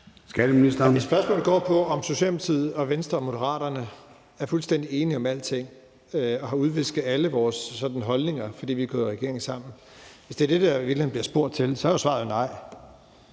Hvis spørgsmålet går på, om Socialdemokratiet og Venstre og Moderaterne er fuldstændig enige om alting og vi har udvisket alle vores holdninger, fordi vi er gået i regering sammen – hvis det er det, der i virkeligheden bliver spurgt til – så er svaret nej.